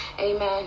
amen